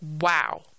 wow